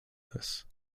this